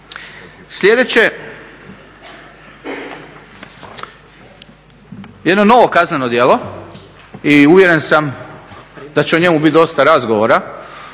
Sljedeće, jedno novo kazneno djelo i uvjeren sam da će o njemu biti dosta razgovora